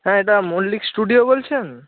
হ্যাঁ এটা মল্লিক স্টুডিয়ো বলছেন